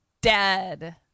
Dead